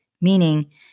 meaning